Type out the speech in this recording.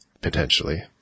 potentially